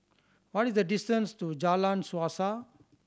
what is the distance to Jalan Suasa